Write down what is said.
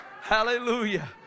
Hallelujah